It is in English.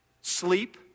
Sleep